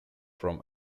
from